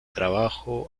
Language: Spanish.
trabajo